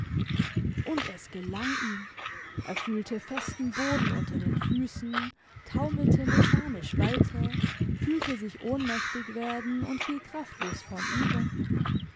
und es gelang ihm er fühlte festen boden unter den füssen taumelte mechanisch weiter fühlte sich ohnmächtig werden und fiel kraftlos vornüber